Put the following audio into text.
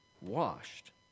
washed